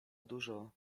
dużo